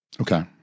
Okay